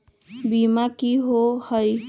बीमा की होअ हई?